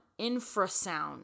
Infrasound